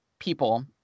people